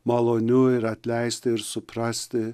maloniu ir atleisti ir suprasti